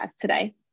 today